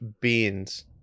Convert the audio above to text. beans